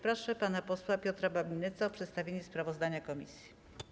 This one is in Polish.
Proszę pana posła Piotra Babinetza o przedstawienie sprawozdania komisji.